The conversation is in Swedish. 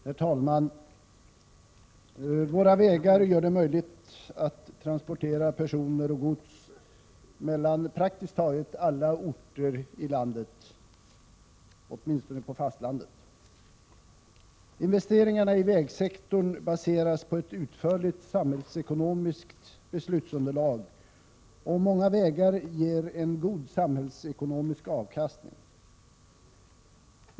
Herr talman! Våra vägar gör det möjligt att transportera personer och gods mellan praktiskt taget alla orter i landet, åtminstone på fastlandet. Investeringarna inom vägsektorn baseras på ett utförligt samhällsekonomiskt beslutsunderlag, och många vägar ger en god samhällsekonomisk avkastning.